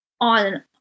on